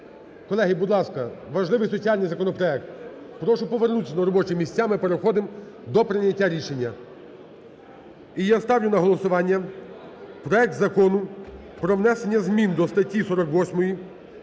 Колеги, будь ласка, важливий соціальний законопроект, прошу повернутись на робочі місця, ми переходимо до прийняття рішення. І я ставлю на голосування проект Закону про внесення змін до статті 48